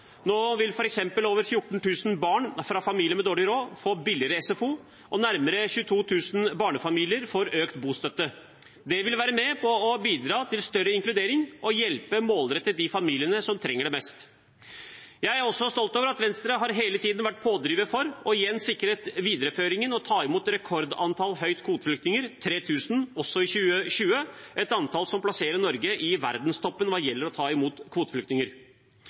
Nå vil f.eks. over 14 000 barn fra familier med dårlig råd få billigere SFO, og nærmere 22 000 barnefamilier får økt bostøtte. Det vil være med på å bidra til større inkludering og målrettet hjelpe de familiene som trenger det mest. Jeg er også stolt over at Venstre hele tiden har vært pådriver for og igjen sikret videreføringen av å ta imot et rekordhøyt antall kvoteflyktninger, 3 000 også i 2020 – et antall som plasserer Norge i verdenstoppen hva gjelder å ta imot kvoteflyktninger.